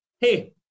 Hey